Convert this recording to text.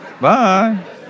bye